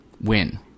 win